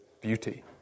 beauty